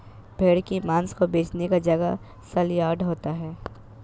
भेड़ की मांस को बेचने का जगह सलयार्ड होता है